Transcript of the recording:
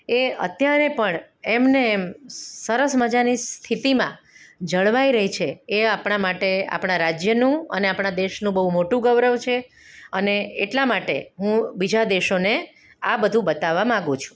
એ અત્યારે પણ એમને એમ સરસ મજાની સ્થિતિમાં જળવાઈ રહી છે એ આપણા માટે આપણાં રાજ્યનું અને આપણા દેશનું બહુ મોટું ગૌરવ છે અને એટલા માટે હું બીજા દેશોને આ બધું બતાવવા માગું છું